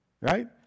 right